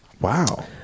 Wow